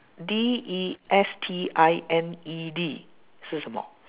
D E S T I N E D 是什么